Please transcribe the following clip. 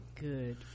good